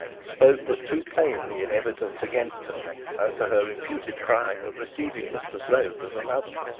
spoke but too plainly in evidence against her as to her imputed crime of receiving mr slope as a lover.